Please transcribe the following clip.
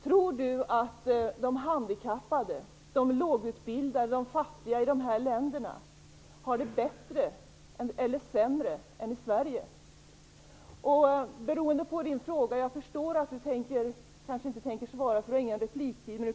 Tror Elver Jonsson att de handikappade, lågutbildade och fattiga har det bättre eller sämre i de länderna än de har det i Sverige? Jag förstår att Elver Jonsson inte kan svara eftersom han inte har någon repliktid kvar.